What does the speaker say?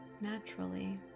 naturally